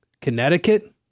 Connecticut